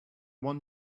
one